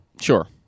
Sure